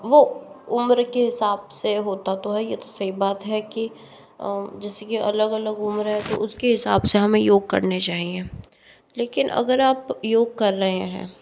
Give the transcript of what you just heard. वो उम्र के हिसाब से होता तो है ये तो सही बात है कि जैसे कि अलग अलग उम्र है तो उसके हिसाब से हमें योग करने चाहिए लेकिन अगर आप योग कर रहे हैं